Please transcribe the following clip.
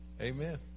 Amen